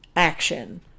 Action